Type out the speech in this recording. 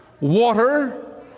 water